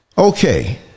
Okay